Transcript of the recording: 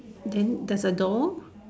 then there's a door